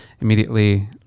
immediately